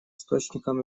источником